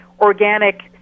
organic